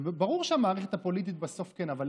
ברור שהמערכת הפוליטית בסוף כן, אבל